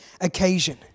occasion